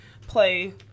play